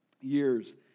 years